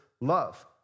love